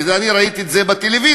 ואני ראיתי את זה בטלוויזיה: